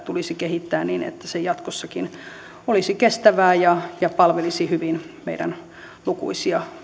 tulisi kehittää niin että se jatkossakin olisi kestävää ja ja palvelisi hyvin meidän lukuisia